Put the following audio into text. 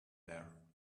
there